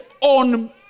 on